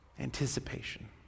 Anticipation